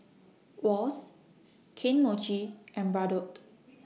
Wall's Kane Mochi and Bardot